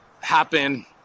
happen